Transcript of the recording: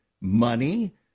money